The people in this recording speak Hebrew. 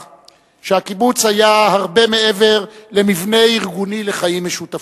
שהקיבוץ היה הרבה מעבר למבנה ארגוני לחיים משותפים.